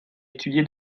étudié